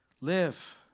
Live